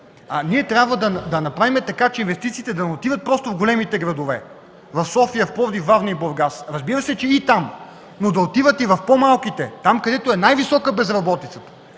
Трябва да направим така, че инвестициите да не отиват в големите градове – София, Пловдив, Варна и Бургас. Разбира се, че и там, но да отиват и в по-малките, там, където е най-висока безработицата.